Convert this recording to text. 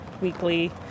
weekly